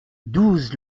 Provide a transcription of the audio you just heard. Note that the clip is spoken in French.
douze